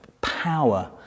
power